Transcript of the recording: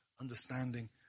understanding